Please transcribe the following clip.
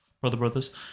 brother-brothers